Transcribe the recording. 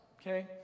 okay